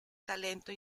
talento